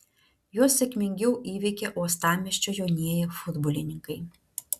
juos sėkmingiau įveikė uostamiesčio jaunieji futbolininkai